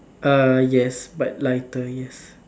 err yes but lighter yes